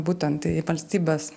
būtent į valstybės